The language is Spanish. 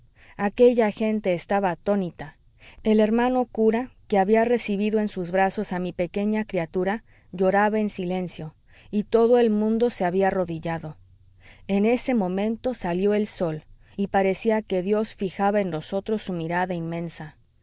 aquella gente estaba atónita el hermano cura que había recibido en sus brazos a mi pequeña criatura lloraba en silencio y todo el mundo se había arrodillado en ese momento salió el sol y parecía que dios fijaba en nosotros su mirada inmensa